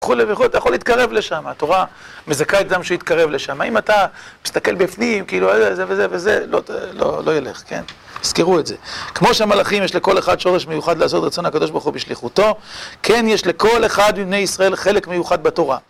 וכו' וכו', אתה יכול להתקרב לשם, התורה מזכה את זה שהוא יתקרב לשם. אם אתה מסתכל בפנים, כאילו, זה וזה וזה, לא ילך, כן, זכרו את זה. כמו שהמלאכים יש לכל אחד שורש מיוחד לעשות רצון הקדוש ברוך הוא בשליחותו, כן יש לכל אחד מבני ישראל חלק מיוחד בתורה.